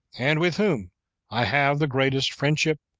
and with whom i have the greatest friendship,